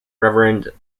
reverend